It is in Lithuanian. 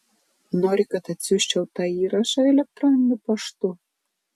nori kad atsiųsčiau tą įrašą elektroniniu paštu